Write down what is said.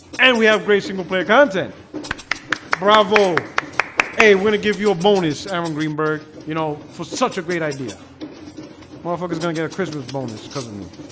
and we have great single-player content bravo hey, we're gonna give you a bonus. and mm and greenberg, you know for such a great idea motherfuckers gonna get a christmas bonus cuz of me